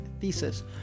thesis